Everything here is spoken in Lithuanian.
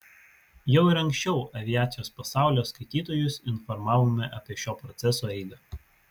jau ir anksčiau aviacijos pasaulio skaitytojus informavome apie šio proceso eigą